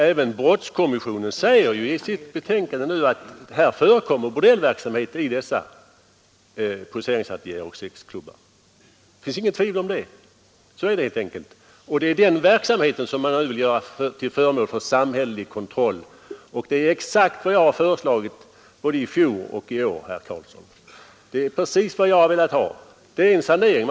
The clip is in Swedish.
Även brottskommissionen säger i sitt betänkande nu att bordellverksamhet förekommer i poseringsateljéer och sexklubbar. Det råder inget tvivel härom. Så är det. Denna verksamhet vill man nu göra till föremål för samhällelig kontroll, vilket är exakt vad jag föreslagit både i fjol och i år, herr Karlsson. Det är precis vad jag velat ha, nämligen en sanering.